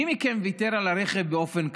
מי מכם ויתר על הרכב באופן קבוע?